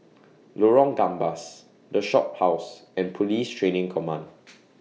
Lorong Gambas The Shophouse and Police Training Command